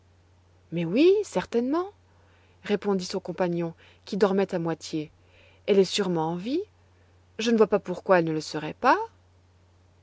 mais oui certainement répondit son compagnon qui dormait à moitié elle est sûrement en vie je ne vois pas pourquoi elle ne le serait pas